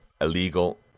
illegal